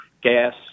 gas